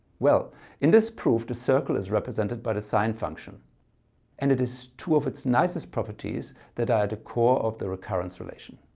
well in this proof the circle is represented by the sine function and it is two of its nicest properties that are at the core of the recurrence relation,